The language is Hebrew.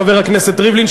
חבר הכנסת ריבלין,